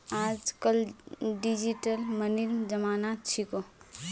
आजकल डिजिटल मनीर जमाना छिको